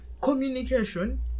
communication